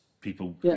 people